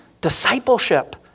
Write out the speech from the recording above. Discipleship